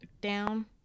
down